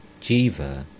Jiva